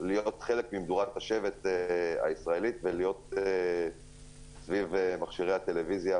להיות חלק ממדורת השבט הישראלית ולהיות סביב מכשירי הטלויזיה,